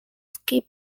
skip